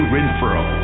Renfro